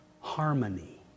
harmony